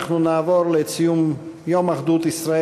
אנחנו נעבור להצעות לסדר-היום בנושא: ציון יום אחדות ישראל,